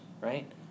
right